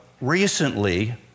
Recently